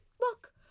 look